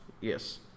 Yes